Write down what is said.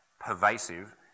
pervasive